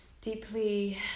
deeply